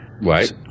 Right